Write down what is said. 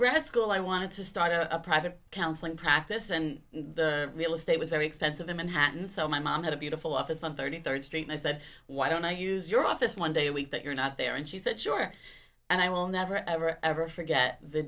grad school i wanted to start a private counseling practice and real estate was very expensive in manhattan so my mom had a beautiful office on thirty third street and i said why don't i use your office one day a week that you're not there and she said sure and i will never ever ever forget the